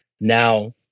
now